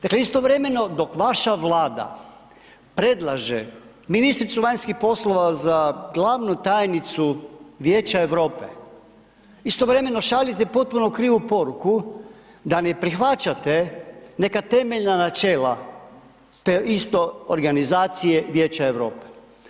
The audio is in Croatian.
Dakle, istovremeno dok vaša Vlada predlaže ministricu vanjskih poslova za glavnu tajnicu Vijeća Europe, istovremeno šaljete potpuno krivu poruku, da ne prihvaćate neka temeljna načela te isto organizacije Vijeća Europe.